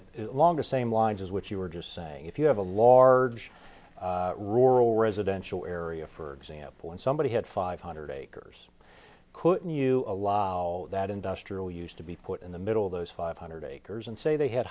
it along the same lines as what you were just saying if you have a large rural residential area for example and somebody had five hundred acres could you allow that industrial use to be put in the middle of those five hundred acres and say they had